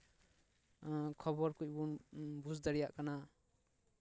ᱠᱷᱚᱵᱚᱨ ᱠᱚ ᱵᱚᱱ ᱵᱩᱡᱽ ᱫᱟᱲᱮᱭᱟᱜ ᱠᱟᱱᱟ